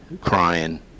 crying